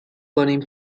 کنیم